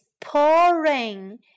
pouring